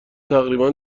تقریبا